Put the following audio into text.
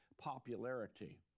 popularity